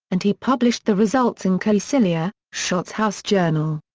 and he published the results in caecilia, schott's house journal.